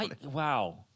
Wow